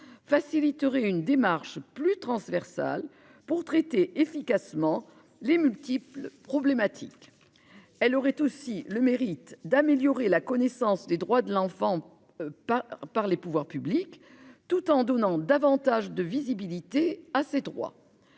faciliterait une démarche plus transversale pour traiter efficacement les multiples problématiques. Elle aurait aussi le mérite d'améliorer la connaissance des droits de l'enfant. Pas par les pouvoirs publics tout en donnant davantage de visibilité à ses droits.